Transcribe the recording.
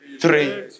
Three